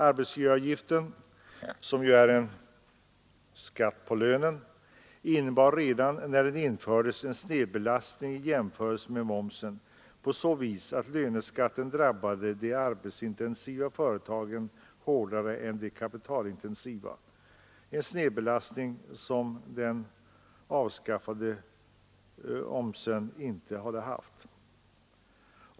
Arbetsgivaravgiften, som ju är en ren skatt på lönen, innebar redan när den infördes en snedbelastning i jämförelse med momsen på så vis att löneskatten drabbade de arbetskraftsintensiva företagen hårdare än de kapitalintensiva — en snedbelastning som den avskaffade momsen inte hade medfört.